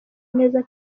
neza